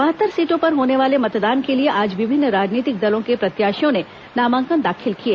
बहत्तर सीटों पर होने वाले मतदान के लिए आज विभिन्न राजनीतिक दलों के प्रत्याशियों ने नामांकन दाखिल किए